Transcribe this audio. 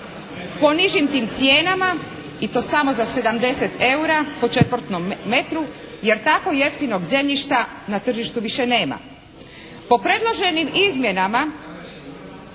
po nižim tim cijenama i to samo za 70 eura po četvrtnom metru… …/Upadica: Četvornom./… Jer tako jeftinog zemljišta na tržištu više nema. Po predloženim izmjenama